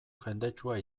jendetsua